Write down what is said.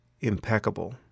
impeccable